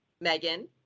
Megan